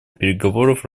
переговоров